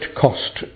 cost